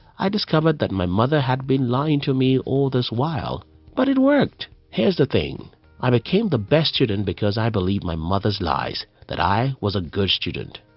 i discovered that my mother had been lying to me all this while but it worked. here is the thing i became the best student because i believed my mother's lies that i was a good student.